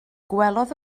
gwelodd